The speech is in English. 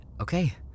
Okay